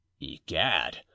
Egad